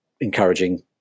encouraging